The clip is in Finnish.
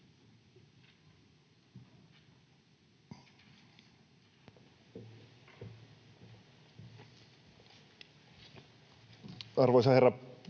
Arvoisa herra